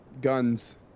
Guns